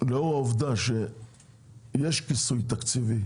שלאור העובדה שיש כיסוי תקציבי